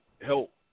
help